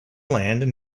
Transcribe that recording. land